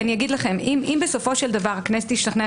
אם בסופו של דבר הכנסת תשתכנע,